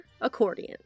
Accordion